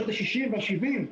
בשנות ה-60' וה-70',